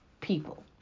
people